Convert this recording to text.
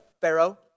Pharaoh